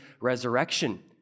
resurrection